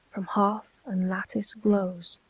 from hearth and lattice glows